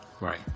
Right